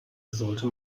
sollte